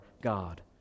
God